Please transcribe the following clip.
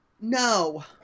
No